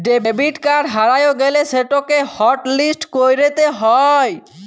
debit card হারাঁয় গ্যালে সেটকে হটলিস্ট ক্যইরতে হ্যয়